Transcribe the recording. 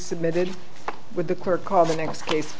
submitted with the court called the next case